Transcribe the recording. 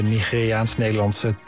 Nigeriaans-Nederlandse